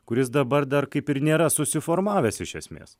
kuris dabar dar kaip ir nėra susiformavęs iš esmės